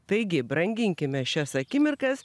taigi branginkime šias akimirkas